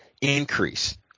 increase